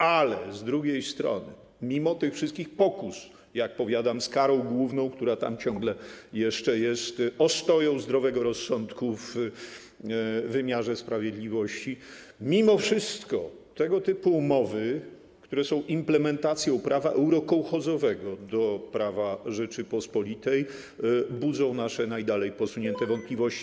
Ale z drugiej strony mimo tych wszystkich pokus - jak powiadam, łącznie z karą główną, która tam ciągle jeszcze jest ostoją zdrowego rozsądku w wymiarze sprawiedliwości - mimo wszystko tego typu umowy, które są implementacją prawa eurokołchozowego do prawa Rzeczypospolitej, budzą nasze najdalej posunięte wątpliwości.